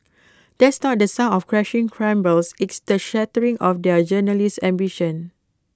that's not the sound of crashing cymbals it's the shattering of their journalistic ambitions